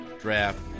draft